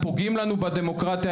פוגעים לנו בדמוקרטיה,